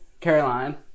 Caroline